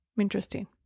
Interesting